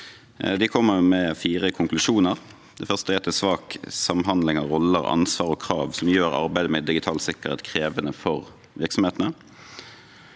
med fire konklusjoner: Den første er at det er svak samordning av roller, ansvar og krav, noe som gjør arbeidet med digital sikkerhet krevende for virksomhetene.